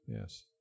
Yes